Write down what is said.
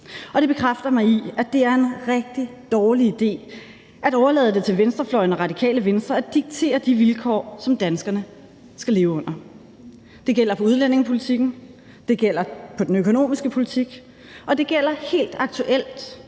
det bekræfter mig i, at det er en rigtig dårlig idé at overlade det til venstrefløjen og Radikale Venstre at diktere de vilkår, som danskerne skal leve under. Det gælder på udlændingepolitikken, det gælder på den økonomiske politik, og det gælder helt aktuelt